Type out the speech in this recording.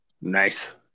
Nice